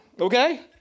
Okay